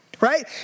Right